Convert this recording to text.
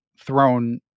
thrown